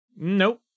Nope